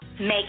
Make